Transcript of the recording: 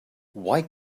why